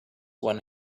when